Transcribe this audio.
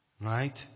Right